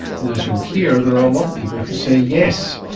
and as you'll hear, there are a lot of people who say yes.